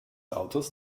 autos